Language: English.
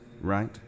right